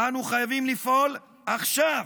אנו חייבים לפעול עכשיו.